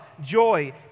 joy